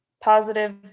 positive